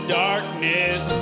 darkness